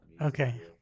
Okay